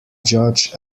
judge